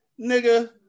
nigga